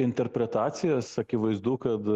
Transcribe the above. interpretacijas akivaizdu kad